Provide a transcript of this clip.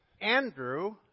Andrew